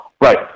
Right